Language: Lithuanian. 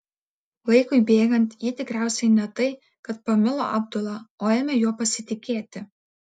laikui bėgant ji tikriausiai ne tai kad pamilo abdula o ėmė juo pasitikėti